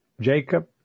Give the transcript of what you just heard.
Jacob